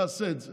תעשה את זה.